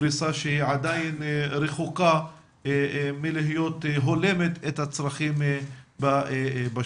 פריסה שהיא עדיין רחוקה מלהיות הולמת את הצרכים בשטח.